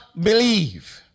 believe